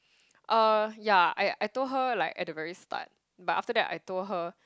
uh yeah I I told her like at the very start but after that I told her